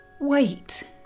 Wait